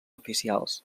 oficials